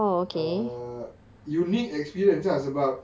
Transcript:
err unique experience ah sebab